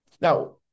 Now